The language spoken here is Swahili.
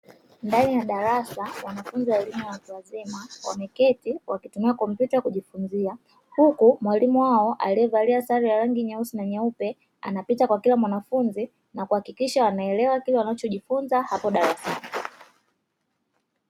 Ndani ya darasa wanafunzi wa elimu ya watu wazima, wameketi wakitumia kompyuta kujifunzia, huku mwalimu wao aliyevalia sare ya rangi nyeusi na nyeupe anapita kwa kila mwanafunzi na kuhakikisha anaelewa kile anachojifunza darasani.